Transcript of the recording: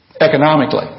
economically